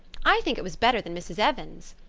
i think it was better than mrs. evans's.